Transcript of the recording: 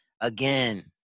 again